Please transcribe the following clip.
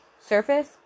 Surface